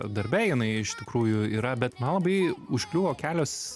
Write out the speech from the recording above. darbe jinai iš tikrųjų yra bet man labai užkliuvo kelios